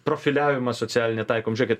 profiliavimą socialinį taikom žiūrėkit